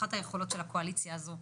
אחת היכולות של הקואליציה הזו,